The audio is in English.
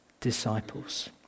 disciples